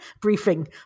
briefing